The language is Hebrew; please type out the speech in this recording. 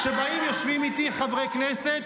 כשבאים ויושבים איתי חברי כנסת